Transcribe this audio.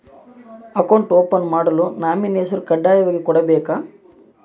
Account open ಮಾಡಲು nominee ಹೆಸರು ಕಡ್ಡಾಯವಾಗಿ ಕೊಡಬೇಕಾ?